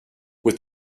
with